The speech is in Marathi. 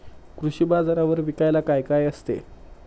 कृषी बाजारावर विकायला काय काय असते?